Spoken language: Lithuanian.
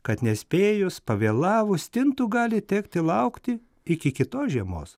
kad nespėjus pavėlavus stintų gali tekti laukti iki kitos žiemos